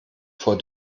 vor